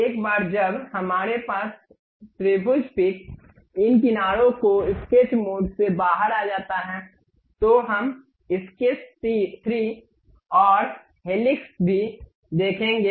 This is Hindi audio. एक बार जब हमारे पास त्रिभुज पिक इन किनारों को स्केच मोड से बाहर आ जाता है तो हम स्केच 3 और हेलिक्स भी देखेंगे